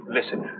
Listen